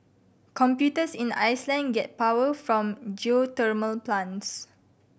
computers in Iceland get power from geothermal plants